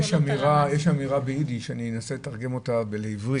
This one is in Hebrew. יש אמירה באידיש, אני אנסה לתרגם אותה לעברית: